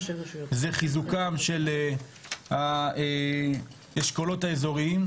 זה חיזוקם של האשכולות האיזוריים,